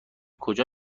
کجا